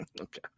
okay